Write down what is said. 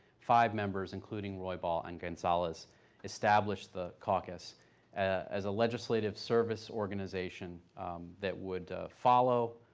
five members including roy ball and gonzales establish the caucus as a legislative service organization that would follow,